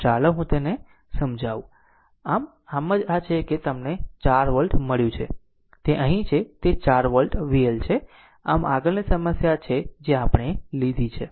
તો ચાલો હું તેને સમજાવું આમ આમ જ આ છે કે અમને તે 4 વોલ્ટ મળ્યું છે તે અહીં છે તે 4 વોલ્ટ VL છે આમ આગળની સમસ્યા છે જે આપણે લીધી છે